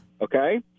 Okay